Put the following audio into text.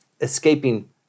escaping